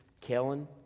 Kellen